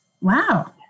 Wow